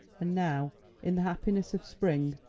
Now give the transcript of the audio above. and now in the happiness of spring,